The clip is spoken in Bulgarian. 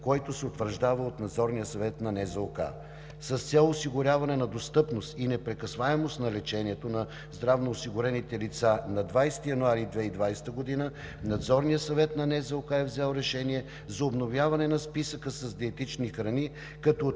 които се утвърждават от Надзорния съвет на НЗОК. С цел осигуряване на достъпност и непрекъсваемост на лечението на здравноосигурените лица на 20 януари 2020 г. Надзорният съвет на НЗОК е взел решение за обновяване на списъка с диетични храни, като е